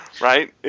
right